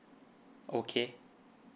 okay